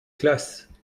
classes